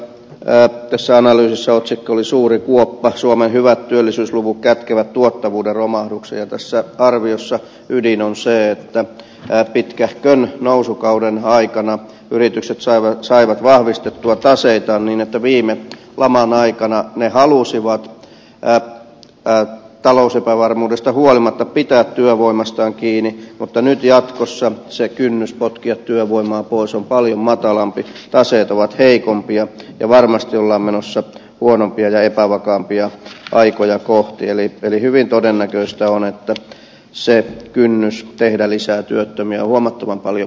tässä analyysissä otsikko oli suuri kuoppa suomen hyvät työllisyysluvut kätkevät tuottavuuden romahduksen ja tässä arviossa ydin on se että pitkähkön nousukauden aikana yritykset saivat vahvistettua taseitaan niin että viime laman aikana ne halusivat talousepävarmuudesta huolimatta pitää työvoimastaan kiinni mutta nyt jatkossa kynnys potkia työvoimaa pois on paljon matalampi taseet ovat heikompia ja varmasti ollaan menossa huonompia ja epävakaampia aikoja kohti eli hyvin todennäköistä on että kynnys tehdä lisää työttömiä on huomattavan paljon matalampi kuin aiemmin